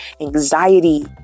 anxiety